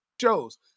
shows